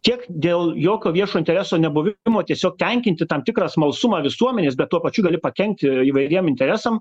tiek dėl jokio viešo intereso nebuvimo tiesiog tenkinti tam tikrą smalsumą visuomenės bet tuo pačiu gali pakenkti įvairiem interesam